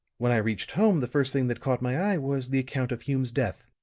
when i reached home the first thing that caught my eye was the account of hume's death.